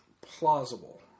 plausible